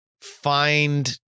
Find